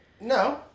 No